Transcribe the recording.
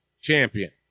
champion